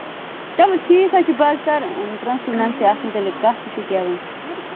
چلوٹھیٖک حظ چھُ بہٕ حظ کَرٕ پرٛنٕسپُل میمہِ سۭتۍ اَتھ مُتعلِق کَتھ وُِچھو کیٛاہ وَنہِ